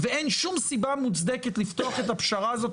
ואין שום סיבה מוצדקת לפתוח את הפשרה הזאת.